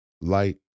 light